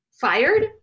fired